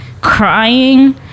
crying